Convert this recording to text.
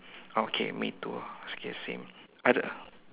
oh okay me too it's okay the same ada